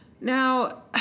Now